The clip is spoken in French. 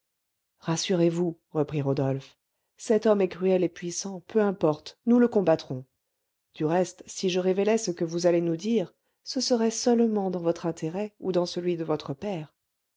rassurez-vous reprit rodolphe cet homme est cruel et puissant peu importe nous le combattrons du reste si je révélais ce que vous allez nous dire ce serait seulement dans votre intérêt ou dans celui de votre père